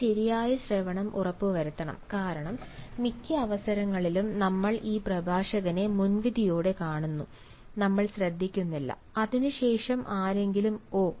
നിങ്ങൾ ശരിയായ ശ്രവണം ഉറപ്പുവരുത്തണം കാരണം മിക്ക അവസരങ്ങളിലും നമ്മൾ ഈ പ്രഭാഷകനെ മുൻവിധിയോടെ കാണുന്നു നമ്മൾ ശ്രദ്ധിക്കുന്നില്ല അതിനുശേഷം ആരെങ്കിലും ഓ